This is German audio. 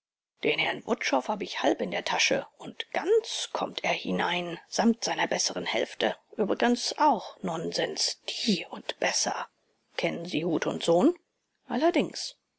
den herrn wutschow habe ich halb in der tasche und ganz kommt er hinein samt seiner besseren hälfte übrigens auch nonsens die und besser kennen sie huth und sohn allerdings